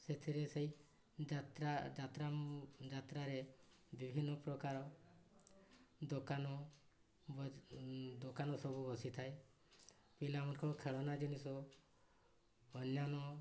ସେଥିରେ ସେଇ ଯାତ୍ରା ଯାତ୍ରା ଯାତ୍ରାରେ ବିଭିନ୍ନ ପ୍ରକାର ଦୋକାନ ଦୋକାନ ସବୁ ବସିଥାଏ ପିଲାମାନଙ୍କ ଖେଳନା ଜିନିଷ ଅନ୍ୟାନ୍ୟ